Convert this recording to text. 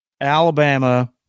Alabama